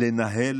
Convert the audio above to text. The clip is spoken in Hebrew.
לנהל